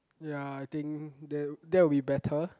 ya I think that that would be better